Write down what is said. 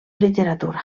literatura